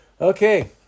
Okay